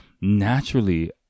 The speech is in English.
naturally